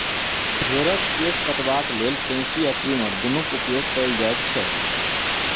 भेंड़क केश कटबाक लेल कैंची आ ट्रीमर दुनूक उपयोग कयल जाइत छै